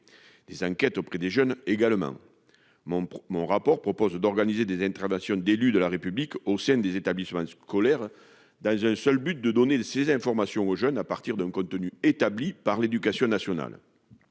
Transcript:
Des enquêtes auprès des jeunes également mon mon rapport propose d'organiser des une tradition d'élus de la République au sein des établissements scolaires dans un seul but de donner ces informations aux jeunes à partir d'un compte tenu établi par l'Éducation nationale.